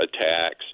attacks